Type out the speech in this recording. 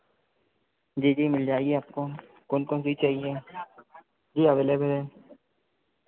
जी जी मिल जाएगी आपको कौन कौन भी चाहिए जी अवेलेबल है